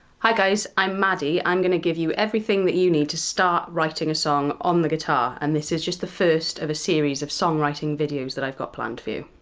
hi guys, i'm madi, i'm gonna give you everything that you need to start writing a song on the guitar, and this is just the first of a series of songwriting videos that i've got planned for you.